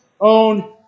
own